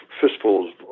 fistfuls